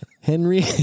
Henry